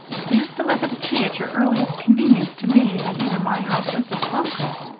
please deliver the key at your earliest convenience to me at either my house or this office.